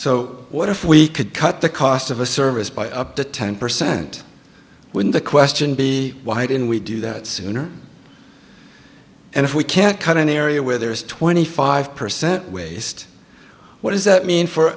so what if we could cut the cost of a service by up to ten percent when the question be why didn't we do that sooner and if we can't cut an area where there's twenty five percent waste what does that mean for